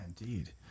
indeed